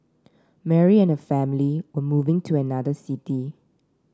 Mary and her family were moving to another city